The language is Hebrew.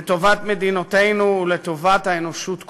לטובת מדינותינו ולטובת האנושות כולה.